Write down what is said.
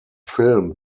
film